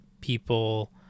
people